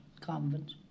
Convent